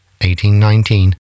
1819